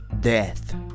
death